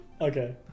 Okay